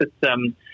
system